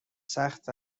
سخت